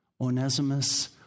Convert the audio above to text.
Onesimus